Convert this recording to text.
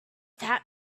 that